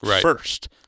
first